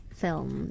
film